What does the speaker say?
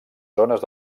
zones